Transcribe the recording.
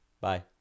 Bye